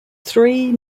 three